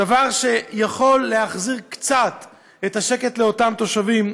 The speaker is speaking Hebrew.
דבר שיכול להחזיר קצת את השקט לאותם תושבים.